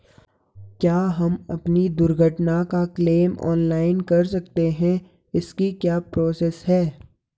क्या हम अपनी दुर्घटना का क्लेम ऑनलाइन कर सकते हैं इसकी क्या प्रोसेस है?